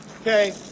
Okay